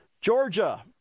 Georgia